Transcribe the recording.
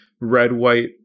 red-white